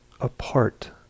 apart